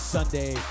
Sunday